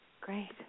Great